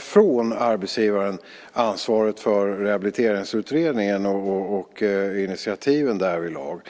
fråntas ansvaret för en rehabiliteringsutredning och initiativen därvidlag.